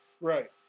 Right